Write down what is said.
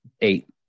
eight